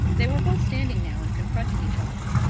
they were both standing now and confronting each other.